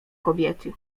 kobiety